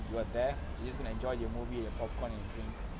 you're there you just gonna enjoy your popcorn your movie your drink